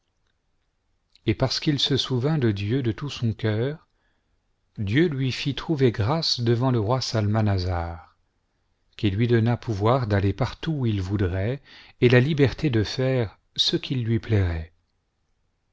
et parce qu'il se souvint de dieu de tout son cœur dieu lui fit trouver grâce devant le roi salmanasar qui lui donna pouvoir d'aller partout où il voudrait et la liberté de faire ce qu'il lui plairait